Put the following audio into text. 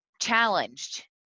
challenged